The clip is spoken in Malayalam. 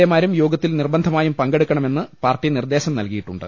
എ മാരും യോഗത്തിൽ നിർബന്ധമായും പങ്കെടുക്കണമെന്ന് പാർട്ടി നിർദേശം നൽകി യിട്ടുണ്ട്